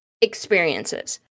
experiences